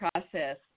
process